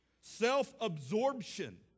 Self-absorption